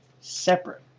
separate